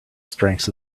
strength